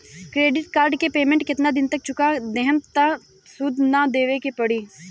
Credit card के payment केतना दिन तक चुका देहम त सूद ना देवे के पड़ी?